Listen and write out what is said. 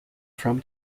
from